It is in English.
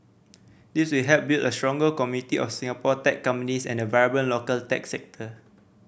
this will help build a stronger community of Singapore tech companies and a vibrant local tech sector